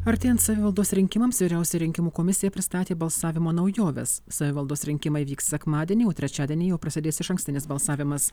artėjant savivaldos rinkimams vyriausioji rinkimų komisija pristatė balsavimo naujoves savivaldos rinkimai vyks sekmadienį o trečiadienį jau prasidės išankstinis balsavimas